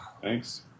thanks